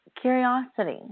curiosity